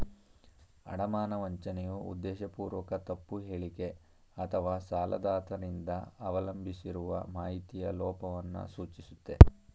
ಅಡಮಾನ ವಂಚನೆಯು ಉದ್ದೇಶಪೂರ್ವಕ ತಪ್ಪು ಹೇಳಿಕೆ ಅಥವಾಸಾಲದಾತ ರಿಂದ ಅವಲಂಬಿಸಿರುವ ಮಾಹಿತಿಯ ಲೋಪವನ್ನ ಸೂಚಿಸುತ್ತೆ